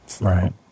right